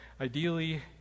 ideally